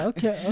Okay